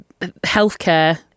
healthcare